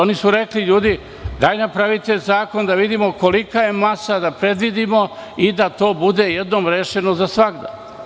Oni su rekli – ljudi, dajte, napravite zakon da vidimo kolika je masa, da predvidimo i da to bude jednom rešeno za svagda.